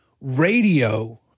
Radio